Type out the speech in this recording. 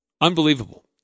Unbelievable